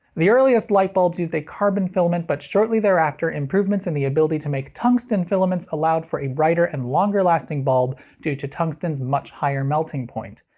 the earliest light bulbs used a carbon filament, but shortly thereafter improvements in the ability to make tungsten filaments allowed for a brighter and longer-lasting bulb due to tungsten's much higher melting point.